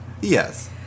yes